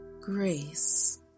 grace